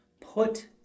put